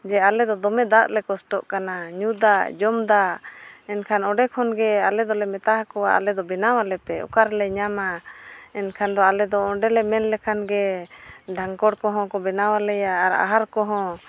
ᱡᱮ ᱟᱞᱮᱫᱚ ᱫᱚᱢᱮ ᱫᱟᱜ ᱞᱮ ᱠᱚᱥᱴᱚᱜ ᱠᱟᱱᱟ ᱧᱩ ᱫᱟᱜ ᱡᱚᱢ ᱫᱟᱜ ᱮᱱᱠᱷᱟᱱ ᱚᱸᱰᱮ ᱠᱷᱚᱱ ᱜᱮ ᱟᱞᱮ ᱫᱚᱞᱮ ᱢᱮᱛᱟ ᱦᱟᱠᱚᱣᱟ ᱟᱞᱮ ᱫᱚ ᱵᱮᱱᱟᱣ ᱟᱞᱮᱯᱮ ᱚᱠᱟᱨᱮᱞᱮ ᱧᱢᱟ ᱮᱱᱠᱷᱟᱱ ᱫᱚ ᱟᱞᱮ ᱫᱚ ᱚᱸᱰᱮᱞᱮ ᱢᱮᱱ ᱞᱮᱠᱷᱟᱱ ᱜᱮ ᱰᱷᱟᱝᱠᱚᱲ ᱠᱚᱦᱚᱸ ᱠᱚ ᱵᱮᱱᱟᱣ ᱟᱞᱮᱭᱟ ᱟᱨ ᱟᱦᱟᱨ ᱠᱚᱦᱚᱸ